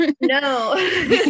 no